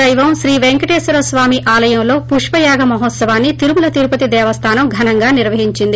దైవం శ్రీ పేంకటేశ్వర స్వామి వారి ఆలయంలో పుష్పయాగ మహోత్సవాన్ని తిరుమల తిరుపతి దేవస్థానం ఘనంగా నిర్వహించింది